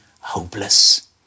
hopeless